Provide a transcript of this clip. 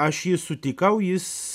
aš jį sutikau jis